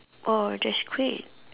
oh that's great